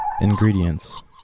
Ingredients